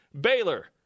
Baylor